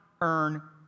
earn